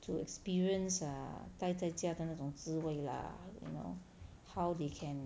to experience err 待在家的那种滋味 lah you know how they can